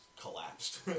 collapsed